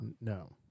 No